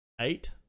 eight